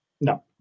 No